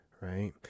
Right